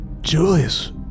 Julius